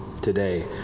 today